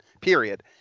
period